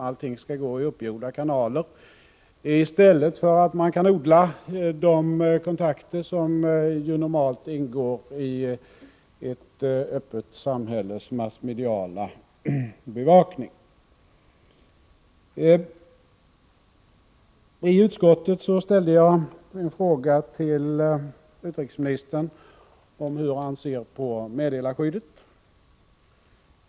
Allting skall gå i uppgjorda kanaler, i stället för att man kan odla de kontakter som normalt ingår i ett öppet samhälles massmediala bevakning. I utskottet ställde jag en fråga till utrikesministern om hur han ser på meddelarskyddet.